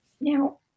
Now